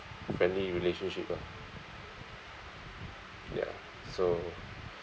friendly relationship lah ya so